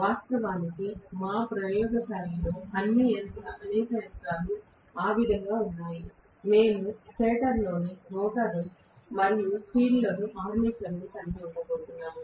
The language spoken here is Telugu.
వాస్తవానికి మా ప్రయోగశాలలోని అనేక యంత్రాలు ఆ విధంగా ఉన్నాయి మేము స్టేటర్లోని రోటర్ మరియు ఫీల్డ్లోని ఆర్మేచర్ను కలిగి ఉండబోతున్నాము